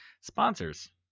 Sponsors